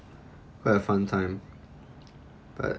quite a fun time but